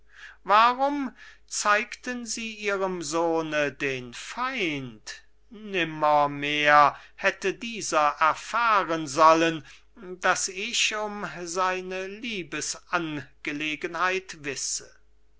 sollte warum zeigten sie ihrem sohne den feind nimmermehr hätte dieser erfahren sollen daß ich um seine liebesangelegenheit wisse